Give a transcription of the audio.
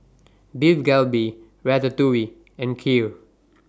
Beef Galbi Ratatouille and Kheer